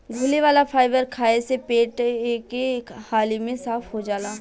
घुले वाला फाइबर खाए से पेट एके हाली में साफ़ हो जाला